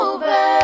Over